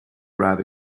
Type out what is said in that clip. drive